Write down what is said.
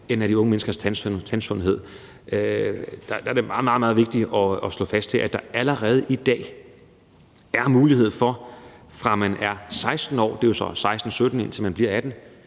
end af de unge menneskers tandsundhed. Der er det meget, meget vigtigt at slå fast, at der allerede i dag er mulighed for, at man, fra man er 16 år, og indtil man bliver 18